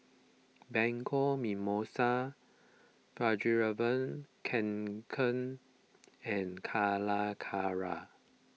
Bianco Mimosa Fjallraven Kanken and Calacara